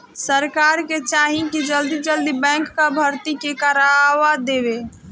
सरकार के चाही की जल्दी जल्दी बैंक कअ भर्ती के करवा देवे